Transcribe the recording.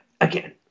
again